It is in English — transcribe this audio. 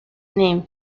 name